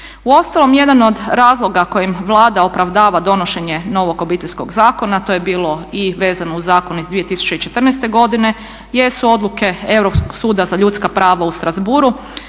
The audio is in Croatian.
Uostalom, jedan od razloga kojim Vlada opravdava donošenje novog Obiteljskog zakona to je bilo i vezano uz zakon iz 2014. godine, jesu odluke Europskog suda za ljudska prava u Strassbourgu